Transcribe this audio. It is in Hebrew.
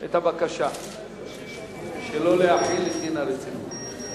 את הבקשה שלא להחיל את דין הרציפות.